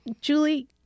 Julie